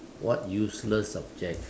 what useless subjects